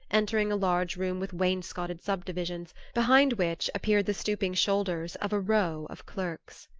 entering a large room with wainscotted subdivisions, behind which appeared the stooping shoulders of a row of clerks.